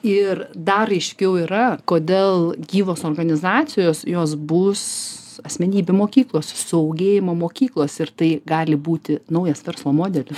ir dar aiškiau yra kodėl gyvos organizacijos jos bus asmenybių mokyklos suaugėjimo mokyklos ir tai gali būti naujas verslo modelis